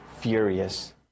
furious